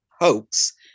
hoax